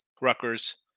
Rutgers